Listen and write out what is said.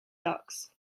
ducks